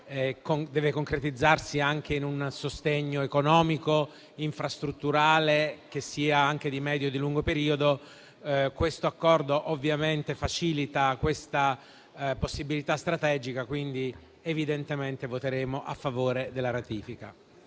deve concretizzarsi anche in un sostegno economico ed infrastrutturale che sia anche di medio e di lungo periodo. L'accordo al nostro esame facilita questa possibilità strategica e per tale ragione voteremo a favore della ratifica.